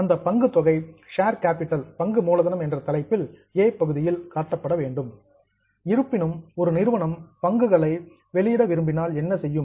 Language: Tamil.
அந்த பங்கு தொகையை ஷேர் கேபிடல் பங்கு மூலதனம் என்ற தலைப்பில் ஏ பகுதியில் காட்ட வேண்டும் இருப்பினும் ஒரு நிறுவனம் பங்குகளை டிக்லர் வெளியிட விரும்பினால் என்ன செய்யும்